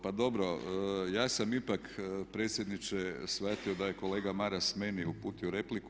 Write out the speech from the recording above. Pa dobro, ja sam ipak predsjedniče shvatio da je kolega Maras meni uputio repliku.